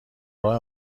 راه